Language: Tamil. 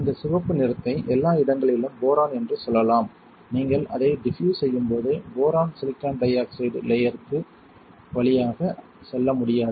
இந்த சிவப்பு நிறத்தை எல்லா இடங்களிலும் போரான் என்று சொல்லலாம் நீங்கள் அதை டிபியூஸ் செய்யும்போது போரான் சிலிக்கான் டை ஆக்சைடு லேயர்க்கு வழியாக செல்ல முடியாது